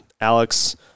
Alex